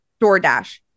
doordash